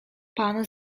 pan